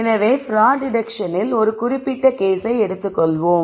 எனவே பிராட் டிடெக்ட்ஸனில் ஒரு குறிப்பிட்ட கேஸை எடுத்துக்கொள்வோம்